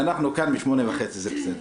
אנחנו כאן מ-20:30, זה בסדר.